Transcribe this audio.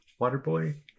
Waterboy